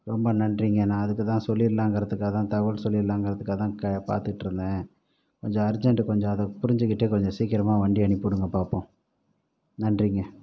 ரொம்ப நன்றிங்க நான் அதுக்கு தான் சொல்லிட்லாங்கிறதுக்காக தான் தகவல் சொல்லிட்லாங்கிறதுக்காக தான் க பார்த்துட்டு இருந்தேன் கொஞ்சம் அர்ஜெண்ட்டு கொஞ்சம் அதை புரிஞ்சுக்கிட்டு கொஞ்சம் சீக்கிரமாக வண்டி அனுப்பிவிடுங்க பார்ப்போம் நன்றிங்க